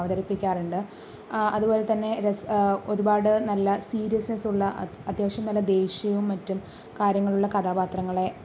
അവതരിപ്പിക്കാറുണ്ട് അതുപോലെ തന്നെ ഒരുപാട് നല്ല സീരിയസ്നസ് ഉള്ള അത്യാവശ്യം നല്ല ദേഷ്യവും മറ്റും കാര്യങ്ങളുള്ള കഥാപാത്രങ്ങളെ